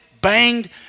banged